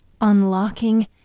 unlocking